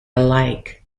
alike